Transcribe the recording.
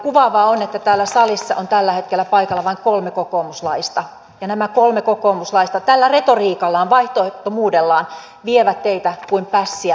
kuvaavaa on että täällä salissa on tällä hetkellä paikalla vain kolme kokoomuslaista ja nämä kolme kokoomuslaista tällä retoriikallaan vaihtoehdottomuudellaan vievät teitä kuin pässiä narussa